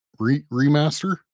remaster